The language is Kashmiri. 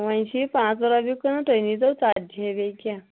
وۅنۍ چھِ یہِ پٲنٛژھ ترٛہہ رۄپیہِ کٕنان تۄہہِ نیٖتو ژَتجی ہے بیٚیہِ کیٛاہ